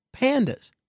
pandas